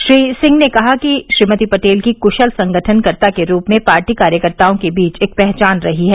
श्री सिंह ने कहा कि श्रीमती पटेल की कूशल संगठन कर्ता के रूप में पार्टी कार्यकर्ताओं के बीच एक पहचान रही है